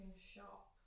shop